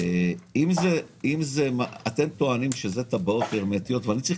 אתם טוענים שאלה טבעות הרמטיות ואני צריך